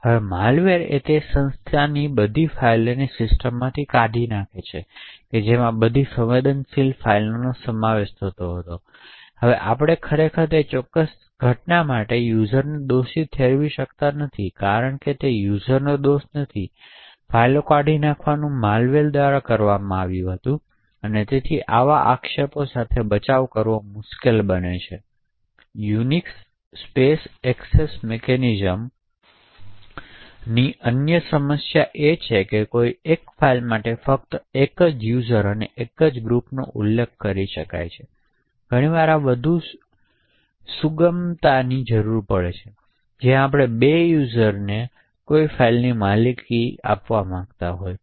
હવે માલવેર એ તે સંસ્થિતીની બધી ફાઇલોને તે સિસ્ટમમાંથી કાઢી નાખે છે જેમાં બધી સંવેદનશીલ ફાઇલોનો સમાવેશ થાય છે હવે આપણે ખરેખર તે ચોક્કસ ઘટના માટે યુઝરને દોષી ઠેરવી શકતા નથી કારણ કે તે યુઝરઓનો દોષ નથી ફાઇલોને કાઢી નાખવાનું માલવેર દ્વારા કરવામાં આવ્યું હતું અને તેથી આવા આક્ષેપો સામે બચાવ કરવો મુશ્કેલ બને છે યુનિક્સ સ્પેસ એક્સેસ કંટ્રોલ મિકેનિઝમ્સની બીજી સમસ્યા એ છે કે કોઈ એક ફાઇલ માટે ફક્ત એક જ યુઝર અને એક ગ્રુપનો ઉલ્લેખ કરી શકાય છે ઘણી વાર અ વધુ સુગમતાની જરૂર પડે છે જ્યાં આપણે બે યુઝરઓને કોઈ ફાઇલની માલિકીની ઇચ્છા હોય છે